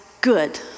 good